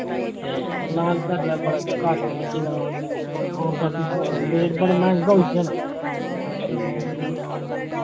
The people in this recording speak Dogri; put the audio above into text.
ते लाल कलर बड़ा घट जेह्ड़ा औंदा पिच्छोआं रेट बड़ा मैहंगा होइया ना